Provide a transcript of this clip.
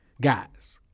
guys